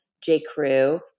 J.Crew